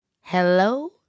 Hello